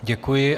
Děkuji.